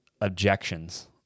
objections